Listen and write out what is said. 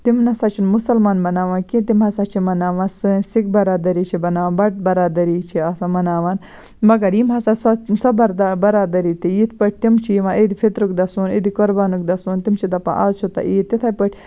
تِم نہ سا چھِنہٕ مُسلمان مناوان کیٚنہہ تِم ہسا چھِ مناوان سٲنۍ سِکھ برادٔری چھِ بناوان بَٹہٕ برادٔری چھِ آسان مناوان مگر یِم ہسا سۄ سۄ بردا برادٔری تہِ یِتھ پٲٹھۍ تِم چھِ یِوان عیٖدِ فِطرُک دۄہ سون عیٖدِ قربانُک دۄہ سون تِم چھِ دَپان آز چھُو تۄہہِ عیٖد تِتھَے پٲٹھۍ